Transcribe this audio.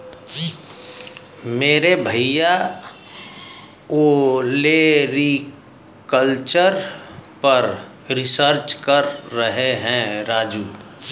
मेरे भैया ओलेरीकल्चर पर रिसर्च कर रहे हैं राजू